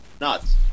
Nuts